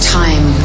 time